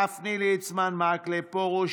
משה גפני, יעקב ליצמן, אורי מקלב, מאיר פרוש,